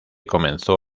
comenzó